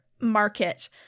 market